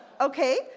Okay